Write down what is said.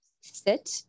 sit